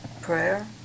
Prayer